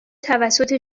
توسط